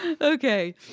Okay